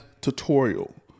tutorial